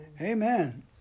Amen